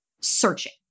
searching